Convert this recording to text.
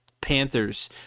Panthers